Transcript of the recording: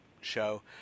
show